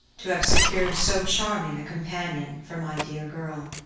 to have secured so charming a companion for my dear girl.